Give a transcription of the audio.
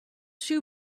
shoe